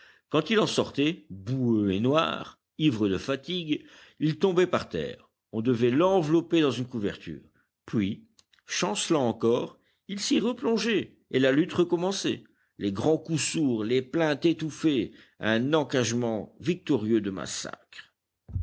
quand il en sortait boueux et noir ivre de fatigue il tombait par terre on devait l'envelopper dans une couverture puis chancelant encore il s'y replongeait et la lutte recommençait les grands coups sourds les plaintes étouffées un enragement victorieux de massacre